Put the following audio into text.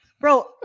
bro